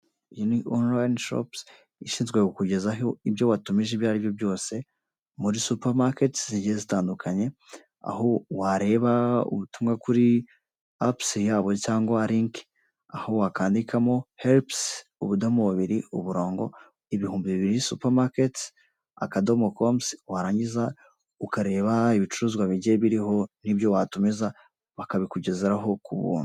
Iyi ni onurayini shopusi ishinzwe kukugezaho ibyo watumije ibyo ari byo byose, muri supamaketsi zigiye zitandukanye, aho wareba ubutumwa kuri apusi yabo cyangwa rinki, aho wakandikamo heripusi ubudomo bubiri uburongo ibihumbi bibiri supamaketsi akadomo komusi, warangiza ukareba ibicuruzwa bigiye biriho n'ibyo watumiza bakabikugezaho ku buntu.